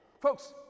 Folks